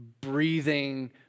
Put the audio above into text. breathing